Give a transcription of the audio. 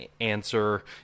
answer